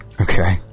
Okay